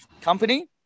company